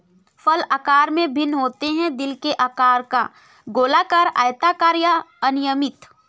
फल आकार में भिन्न होते हैं, दिल के आकार का, गोलाकार, आयताकार या अनियमित